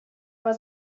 was